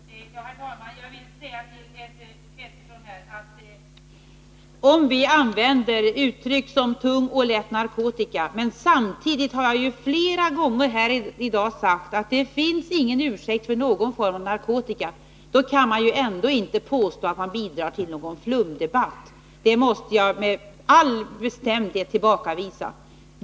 Herr talman! Jag vill säga till Esse Petersson, att om vi använder uttryck som tung och lätt narkotika men samtidigt, som jag ju har gjort flera gånger häri dag, säger att det inte finns någon ursäkt för någon form av narkotika, så kan man inte påstå att vi bidrar till någon ”flumdebatt” — det måste jag med all bestämdhet tillbakavisa.